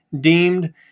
deemed